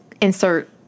insert